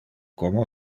como